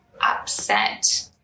upset